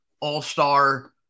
all-star